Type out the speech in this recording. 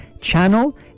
channel